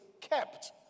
kept